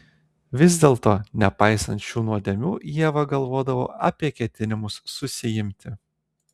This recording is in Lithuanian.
vis dėlto nepaisant šių nuodėmių ieva galvodavo apie ketinimus susiimti